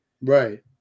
Right